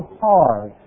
hard